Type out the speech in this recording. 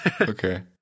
Okay